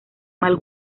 mal